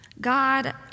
God